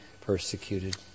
persecuted